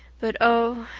but, oh,